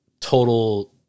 Total